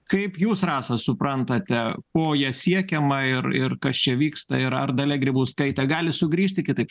kaip jūs rasa suprantate ko ja siekiama ir ir kas čia vyksta ir ar dalia grybauskaitė gali sugrįžti kitaip